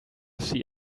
see